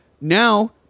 Now